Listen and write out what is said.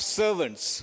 servants